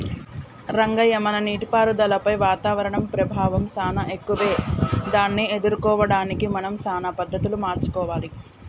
రంగయ్య మన నీటిపారుదలపై వాతావరణం ప్రభావం సానా ఎక్కువే దాన్ని ఎదుర్కోవడానికి మనం సానా పద్ధతులు మార్చుకోవాలి